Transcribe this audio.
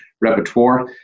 repertoire